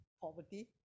poverty